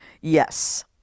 Yes